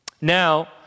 Now